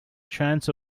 chance